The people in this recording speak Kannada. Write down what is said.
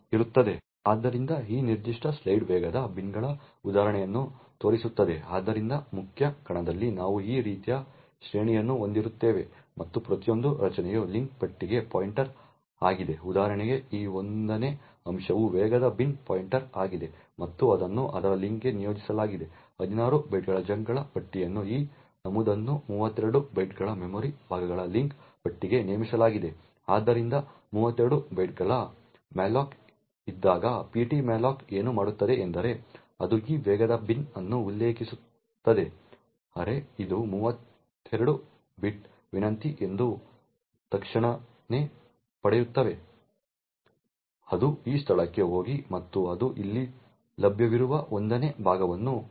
ಆದ್ದರಿಂದ ಈ ನಿರ್ದಿಷ್ಟ ಸ್ಲೈಡ್ ವೇಗದ ಬಿನ್ಗಳ ಉದಾಹರಣೆಯನ್ನು ತೋರಿಸುತ್ತದೆ ಆದ್ದರಿಂದ ಮುಖ್ಯ ಕಣದಲ್ಲಿ ನಾವು ಈ ರೀತಿಯ ಶ್ರೇಣಿಯನ್ನು ಹೊಂದಿರುತ್ತೇವೆ ಮತ್ತು ಪ್ರತಿಯೊಂದು ರಚನೆಯು ಲಿಂಕ್ ಪಟ್ಟಿಗೆ ಪಾಯಿಂಟರ್ ಆಗಿದೆ ಉದಾಹರಣೆಗೆ ಈ 1 ನೇ ಅಂಶವು ವೇಗದ ಬಿನ್ ಪಾಯಿಂಟರ್ ಆಗಿದೆ ಮತ್ತು ಅದನ್ನು ಅದರ ಲಿಂಕ್ಗೆ ನಿಯೋಜಿಸಲಾಗಿದೆ 16 ಬೈಟ್ಗಳ ಚಂಕ್ಗಳ ಪಟ್ಟಿಯನ್ನು ಈ ನಮೂದನ್ನು 32 ಬೈಟ್ಗಳ ಮೆಮೊರಿ ಭಾಗಗಳ ಲಿಂಕ್ ಪಟ್ಟಿಗೆ ನೇಮಿಸಲಾಗಿದೆ ಆದ್ದರಿಂದ 32 ಬೈಟ್ಗಳ ಅಲೋಕೇಷನ್ ಮ್ಯಾಲೋಕ್ ಇದ್ದಾಗ PT malloc ಏನು ಮಾಡುತ್ತದೆ ಎಂದರೆ ಅದು ಈ ವೇಗದ ಬಿನ್ ಅನ್ನು ಉಲ್ಲೇಖಿಸುತ್ತದೆ ಅರೇ ಇದು 32 ಬೈಟ್ ವಿನಂತಿ ಎಂದು ತಕ್ಷಣವೇ ಪಡೆಯುತ್ತದೆ ಅದು ಈ ಸ್ಥಳಕ್ಕೆ ಹೋಗಿ ಮತ್ತು ಅದು ಇಲ್ಲಿ ಲಭ್ಯವಿರುವ 1 ನೇ ಭಾಗವನ್ನು ತೆಗೆದುಕೊಳ್ಳುತ್ತದೆ